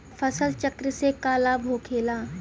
फसल चक्र से का लाभ होखेला?